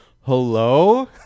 Hello